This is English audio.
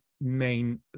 main